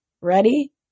Ready